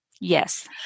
Yes